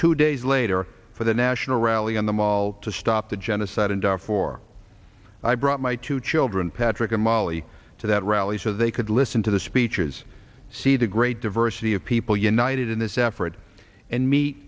two days later for the national rally on the mall to stop the genocide in darfur i brought my two children patrick and molly to that rally so they could listen to the speeches see the great diversity of people united in this effort and meet